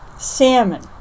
Salmon